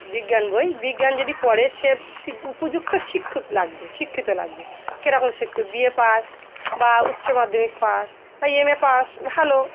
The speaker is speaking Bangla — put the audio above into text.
বিজ্ঞান বই বিজ্ঞান যদি পড়ে সে ঠিক উপযুক্ত শিক্ষক লাগবে শিক্ষিত লাগবে কেরকম শিক্ষিত বি এ পাস বা উচ্চ মাধ্যমিক পাস বা এম এ পাস ভালো